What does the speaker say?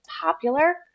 popular